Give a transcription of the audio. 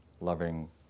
loving